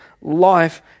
life